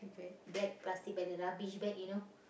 black plastic bag the rubbish bag you know